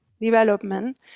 development